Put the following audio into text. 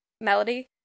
melody